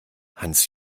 hans